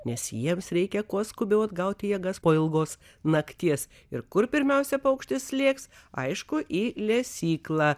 nes jiems reikia kuo skubiau atgauti jėgas po ilgos nakties ir kur pirmiausia paukštis lėks aišku į lesyklą